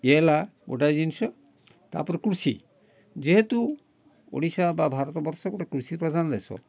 ଇଏ ହେଲା ଗୋଟାଏ ଜିନିଷ ତା'ପରେ କୃଷି ଯେହେତୁ ଓଡ଼ିଶା ବା ଭାରତ ବର୍ଷ ଗୋଟେ କୃଷି ପ୍ରଧାନ ଦେଶ